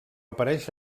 apareix